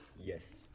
Yes